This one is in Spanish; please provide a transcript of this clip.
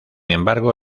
embargo